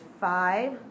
five